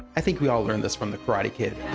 i think we all learned this from the karate kid.